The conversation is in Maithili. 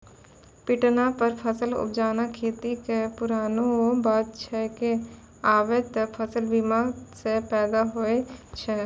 पिटना पर फसल उपजाना खेती कॅ पुरानो बात छैके, आबॅ त फसल मशीन सॅ पैदा होय छै